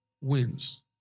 wins